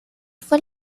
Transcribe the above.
fue